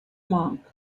monk